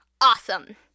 Awesome